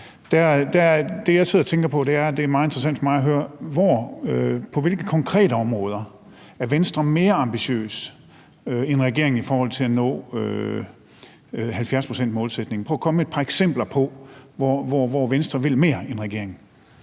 Det, jeg sidder og tænker på, er, at det er meget interessant for mig at høre, på hvilke konkrete områder Venstre er mere ambitiøs end regeringen i forhold til at nå 70-procentsmålsætningen. Prøv at komme med et par eksempler på, hvor Venstre vil mere end regeringen.